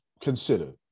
consider